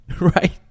right